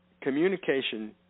communication